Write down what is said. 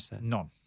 None